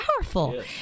powerful